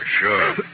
sure